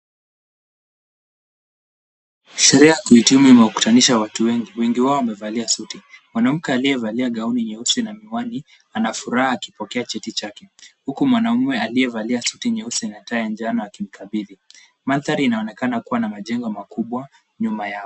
Sherehe ya kuhitimu imewakutanisha watu wengi. Wengi wao wamevalia suti. Mwanamke aliyevalia gauni nyeusi na miwani anafuraha akipokea cheti chake, huku mwanaume aliyevalia suti nyeusi na tai ya njano akimkabidhi. Mandhari inaonekana kuwa na majengo makubwa nyuma yao.